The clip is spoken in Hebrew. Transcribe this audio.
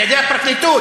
על-ידי הפרקליטות,